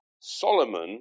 Solomon